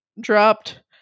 dropped